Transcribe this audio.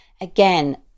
again